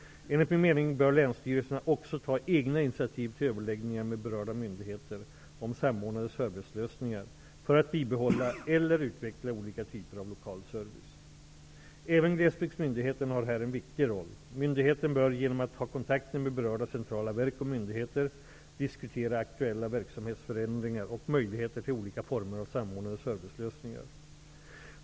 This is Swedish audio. Enligt min mening bör länsstyrelserna också ta egna initiativ till överläggningar med berörda myndigheter om samordnade servicelösningar för att bibehålla eller utveckla olika typer av lokal service. Även glesbygdsmyndigheten har här en viktig roll. Myndigheten bör genom att ha kontakter med berörda centrala verk och myndigheter diskutera aktuella verksamhetsförändringar och möjligheter till olika former av samordnande servicelösningar.